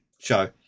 Show